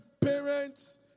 parents